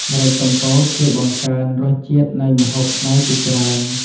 ម្រេចកំពតជួយបង្កើនរសជាតិនៃម្ហូបខ្មែរជាច្រើន។